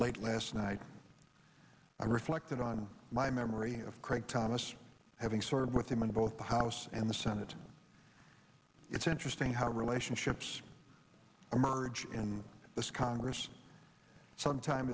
late last night i reflected on my memory of craig thomas having served with him in both the house and the senate it's interesting how relationships emerge in this congress sometime